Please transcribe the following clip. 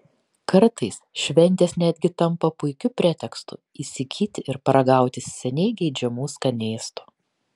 kartais šventės netgi tampa puikiu pretekstu įsigyti ir paragauti seniai geidžiamų skanėstų